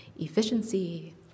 efficiency